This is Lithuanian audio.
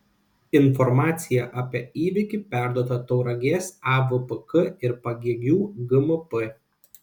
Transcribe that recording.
informacija apie įvykį perduota tauragės avpk ir pagėgių gmp